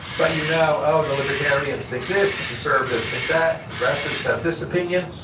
but you know, oh, the libertarian think this, the conservatives think that, progressives have this opinion.